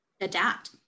adapt